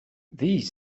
these